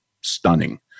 stunning